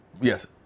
Yes